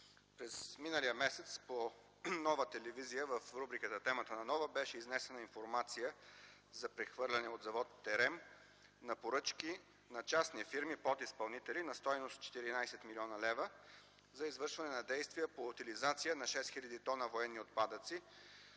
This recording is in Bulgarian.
През миналия месец по Нова телевизия в рубриката „Темата на Нова” беше изнесена информация за прехвърляне от завод „Терем” на поръчки на частни фирми-подизпълнители, на стойност 14 млн. лв. за извършване на действия по утилизация на 6 хил. тона военни отпадъци